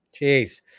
Jeez